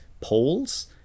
poles